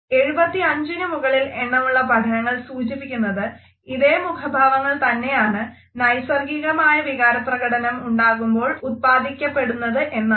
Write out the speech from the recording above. എഴുപത്തിയഞ്ചിന് മുകളിൽ എണ്ണമുള്ള പഠനങ്ങൾ സൂചിപ്പിക്കുന്നത് ഇതേ മുഖഭാവങ്ങൾ തന്നെയാണ് നൈസർഗികമായ വികാരപ്രകടനം ഉണ്ടാകുമ്പോൾ ഉപാദിപ്പിക്കപ്പെടുന്നത് എന്നാണ്